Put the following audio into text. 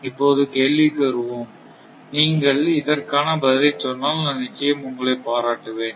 இப்போது கேள்விக்கு வருவோம் நீங்கள் இதற்கான பதிலைச் சொன்னால் நான் நிச்சயம் உங்களை பாராட்டுவேன்